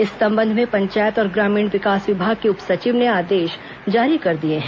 इस संबंध में पंचायत और ग्रामीण विकास विभाग के उप सचिव ने आदेश जारी कर दिए हैं